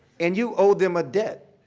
and you owe them a debt.